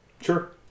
Sure